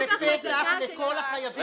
זה פתח לכל החייבים.